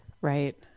Right